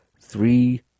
three